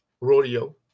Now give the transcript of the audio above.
rodeo